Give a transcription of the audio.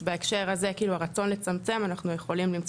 אז בהקשר הזה כאילו הרצון לצמצם אנחנו יכולים למצוא